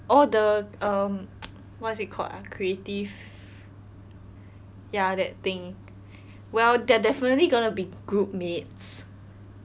oh the um what is it called ah creative ya that thing well they're definitely gonna be groupmates